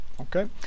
Okay